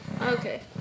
Okay